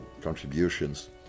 contributions